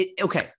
okay